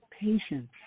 patience